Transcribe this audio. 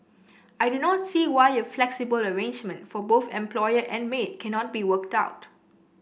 I do not see why a flexible arrangement for both employer and maid cannot be worked out